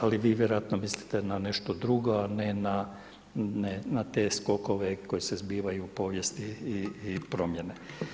Ali vjerojatno mislite na nešto drugo, a ne na te skokove koji se zbivaju u povijesti i promjene.